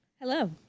Hello